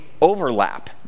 overlap